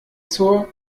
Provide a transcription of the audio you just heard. zur